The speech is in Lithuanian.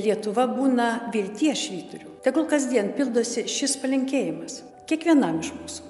lietuva būna vilties švyturiu tegul kasdien pildosi šis palinkėjimas kiekvienam iš mūsų